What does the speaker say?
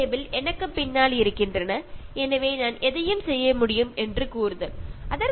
അവർ എന്റെ വരുതിയിൽ നിൽക്കേണ്ടവരാണ് എന്നൊക്കെയുള്ള ചിന്താഗതി അതിനു പകരം ഒരു ജൈവ കേന്ദ്രീകൃത ചിന്താഗതി